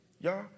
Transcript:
Y'all